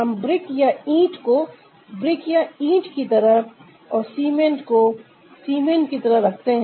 हम ब्रिक या इंट को ब्रिक या इंट की तरह और सीमेंट को सीमेंट की तरह रखते हैं